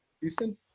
Houston